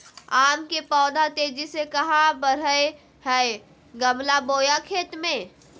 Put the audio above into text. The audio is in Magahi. आम के पौधा तेजी से कहा बढ़य हैय गमला बोया खेत मे?